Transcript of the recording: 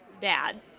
bad